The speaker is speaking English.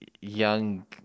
young